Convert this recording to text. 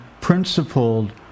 principled